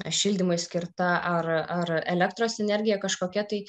šildymui skirta ar ar elektros energija kažkokia tai